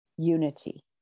unity